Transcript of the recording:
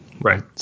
right